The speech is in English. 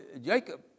Jacob